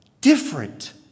different